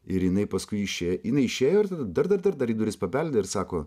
ir jinai paskui išėjo jinai išėjo ir dar dar dar dar į duris pabeldė ir sako